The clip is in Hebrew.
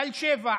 תל שבע,